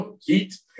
heat